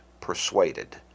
persuaded